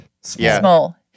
Small